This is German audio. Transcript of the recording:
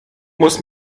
muss